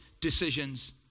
decisions